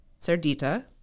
*Cerdita*